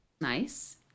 Nice